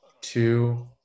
Two